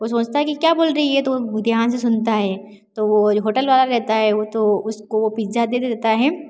वो सोचता है कि क्या बोल रही है तो वो ध्यान से सुनता है तो वो होटल वाला रेहता है वो तो उसको वो पिज्ज़ा दे देता है